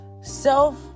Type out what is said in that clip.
self